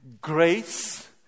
grace